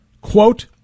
quote